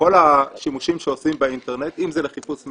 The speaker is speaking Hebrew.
בכל השימושים שעושים באינטרנט, אם זה לחיפוש מידע,